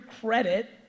credit